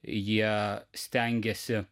jie stengėsi